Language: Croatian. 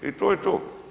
I to je to.